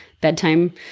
bedtime